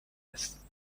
است